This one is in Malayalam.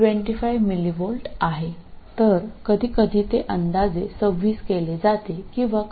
അതിനാൽ ചിലപ്പോൾ ഇത് 26 ആയി കണക്കാക്കുന്നു അല്ലെങ്കിൽ ചിലപ്പോൾ ഞങ്ങൾ 25